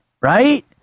Right